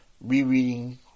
rereading